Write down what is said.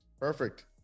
Perfect